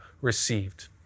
received